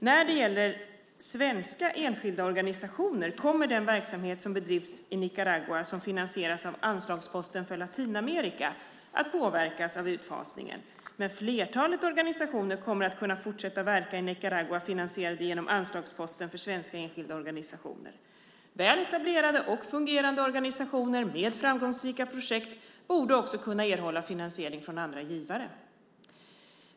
När det gäller svenska enskilda organisationer kommer den verksamhet som bedrivs i Nicaragua och som finansieras av anslagsposten för Latinamerika att påverkas av utfasningen, men flertalet organisationer kommer att kunna fortsätta att verka i Nicaragua finansierade genom anslagsposten för svenska enskilda organisationer. Väl etablerade och fungerande organisationer med framgångsrika projekt borde också kunna erhålla finansiering från andra givare.